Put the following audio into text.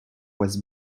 was